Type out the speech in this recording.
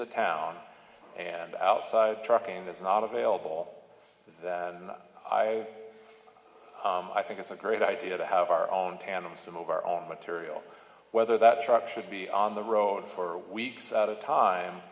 the town and outside trucking that's not available all i i think it's a great idea to have our own tandem some of our own material whether that truck should be on the road for weeks at a time